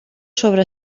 sobre